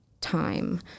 time